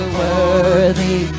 worthy